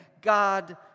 God